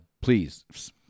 please